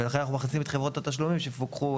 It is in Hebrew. ולכן אנחנו מכניסים את חברות התשלומים שיפוקחו